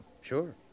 Sure